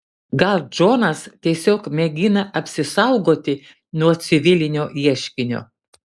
gal džonas tiesiog mėgina apsisaugoti nuo civilinio ieškinio